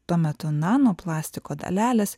tuo metu nanoplastiko dalelės